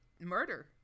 murder